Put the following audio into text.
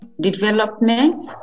development